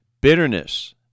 Bitterness